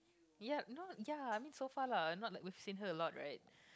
yeap no ya I mean so far lah not like we've seen her a lot right